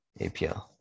APL